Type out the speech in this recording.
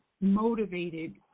motivated